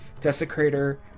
desecrator